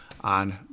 on